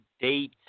date